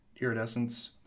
Iridescence